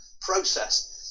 process